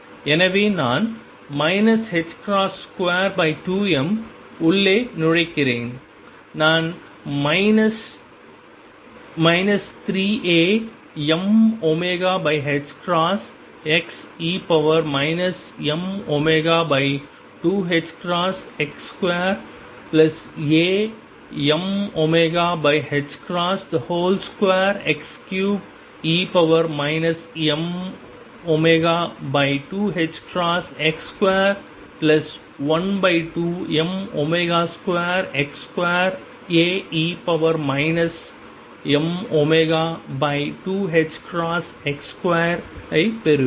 எனவே நான் 22m உள்ளே நுழைக்கிறேன் நான் minus 3Amωxe mω2ℏx2Amω2x3e mω2ℏx212m2x2Ae mω2ℏx2 ஐ பெறுவேன்